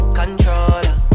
controller